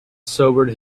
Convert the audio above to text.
sobered